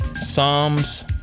Psalms